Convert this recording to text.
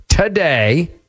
Today